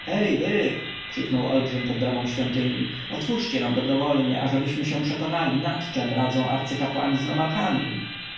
hej wy krzyknął olbrzym pod bramą świątyni otwórzcie nam dobrowolnie ażebyśmy się przekonali nad czem radzą arcykapłani z